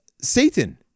Satan